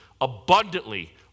abundantly